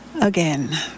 Again